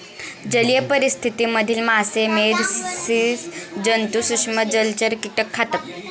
जलीय परिस्थिति मधील मासे, मेध, स्सि जन्तु, सूक्ष्म जलचर, कीटक खातात